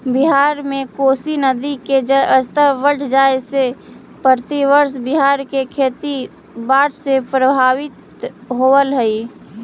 बिहार में कोसी नदी के जलस्तर बढ़ जाए से प्रतिवर्ष बिहार के खेती बाढ़ से प्रभावित होवऽ हई